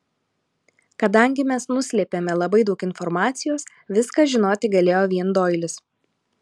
kadangi mes nuslėpėme labai daug informacijos viską žinoti galėjo vien doilis